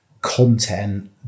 content